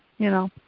you know?